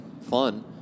fun